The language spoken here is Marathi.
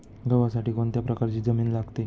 गव्हासाठी कोणत्या प्रकारची जमीन लागते?